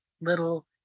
little